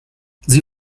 sie